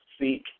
seek